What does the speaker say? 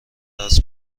درس